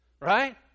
right